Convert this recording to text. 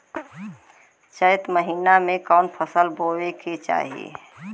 चैत महीना में कवन फशल बोए के चाही?